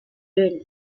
well